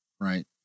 Right